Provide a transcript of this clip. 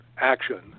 action